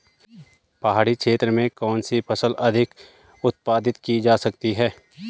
पहाड़ी क्षेत्र में कौन सी फसल अधिक उत्पादित की जा सकती है?